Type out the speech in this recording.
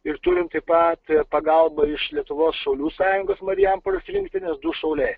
ir turim taip pat pagalbą iš lietuvos šaulių sąjungos marijampolės rinktinės du šauliai